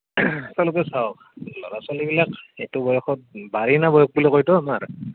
আপোনালোকে চাওক ল'ৰা ছোৱালীবিলাক এইটো বয়সত বাৰেণ্য বয়স বুলি কয়তো আমাৰ